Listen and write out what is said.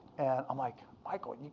and i'm like, michael,